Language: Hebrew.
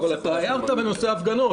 אבל אתה הערת על נושא ההפגנות.